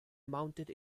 mounted